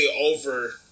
over